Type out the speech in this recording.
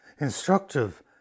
instructive